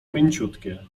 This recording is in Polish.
mięciutkie